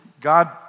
God